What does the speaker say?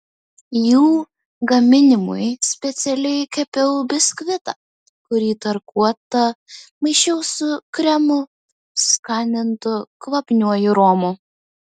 jų gaminimui specialiai kepiau biskvitą kurį tarkuotą maišiau su kremu skanintu kvapniuoju romu